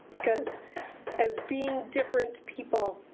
because as being different people,